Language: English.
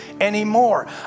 anymore